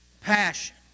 passion